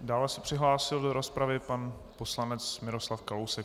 Dále se přihlásil do rozpravy pan poslanec Miroslav Kalousek.